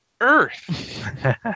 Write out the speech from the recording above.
earth